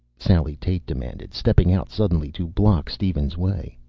sally tate demanded, stepping out suddenly to block steven's way.